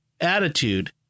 attitude